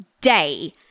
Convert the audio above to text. day